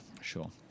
Sure